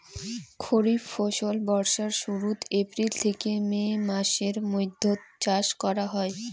খরিফ ফসল বর্ষার শুরুত, এপ্রিল থেকে মে মাসের মৈধ্যত চাষ করা হই